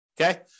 Okay